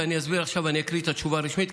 ואני עכשיו אקריא את התשובה הרשמית,